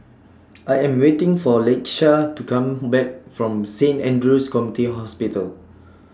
I Am waiting For Lakeshia to Come Back from Saint Andrew's Community Hospital